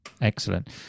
Excellent